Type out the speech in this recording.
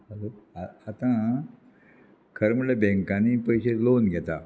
hello आतां खरें म्हळ्यार बँकांनी पयशे लॉन घेता